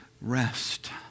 Rest